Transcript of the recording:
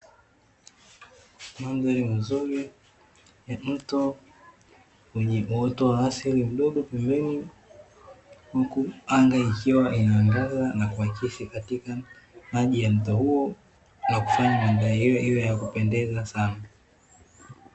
Mandhari mazuri ya mto wenye uoto wa asili mdogo pembeni, huku anga ikiwa inaangaza na kuakisi katika maji ya mto huo na kufanya mandhari hiyo iwe ya kupendeza sana.